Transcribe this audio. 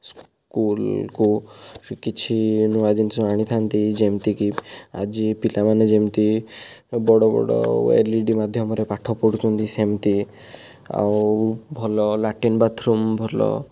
ସ୍କୁଲକୁ କିଛି ନୂଆ ଜିନିଷ ଆଣିଥାନ୍ତି ଯେମତିକି ଆଜି ପିଲାମାନେ ଯେମିତି ବଡ଼ ବଡ଼ ଏଲଇଡ଼ି ମାଧ୍ୟମରେ ପାଠ ପଢୁଛନ୍ତି ସେମିତି ଆଉ ଭଲ ଲାଟ୍ରିନ ବାଥରୁମ ଭଲ